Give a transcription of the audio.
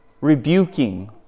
rebuking